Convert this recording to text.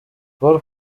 paul